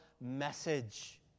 message